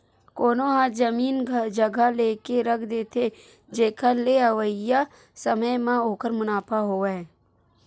कोनो ह जमीन जघा लेके रख देथे, जेखर ले अवइया समे म ओखर मुनाफा होवय